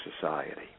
society